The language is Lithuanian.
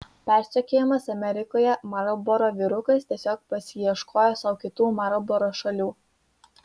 persekiojamas amerikoje marlboro vyrukas tiesiog pasiieškojo sau kitų marlboro šalių